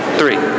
three